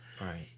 Right